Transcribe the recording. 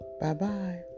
Bye-bye